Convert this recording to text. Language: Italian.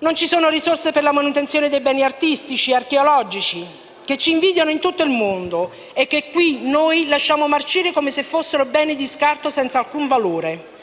Non ci sono risorse per la manutenzione dei beni artistici e archeologici che ci invidiano in tutto il mondo e che qui noi lasciamo marcire come se fossero beni di scarto senza alcun valore.